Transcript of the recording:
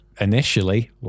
initially